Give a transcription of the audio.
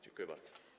Dziękuję bardzo.